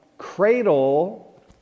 cradle